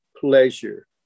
pleasure